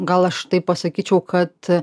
gal aš taip pasakyčiau kad